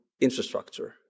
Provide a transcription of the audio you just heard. infrastructure